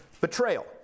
betrayal